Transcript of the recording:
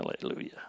Hallelujah